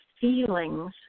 feelings